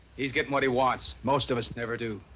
he's getting what he wants. most of us never do.